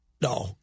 No